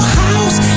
house